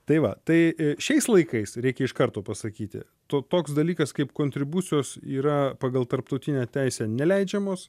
tai va tai e šiais laikais reikia iš karto pasakyti tu toks dalykas kaip kontribucijos yra pagal tarptautinę teisę neleidžiamos